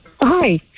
Hi